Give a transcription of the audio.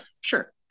sure